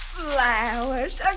Flowers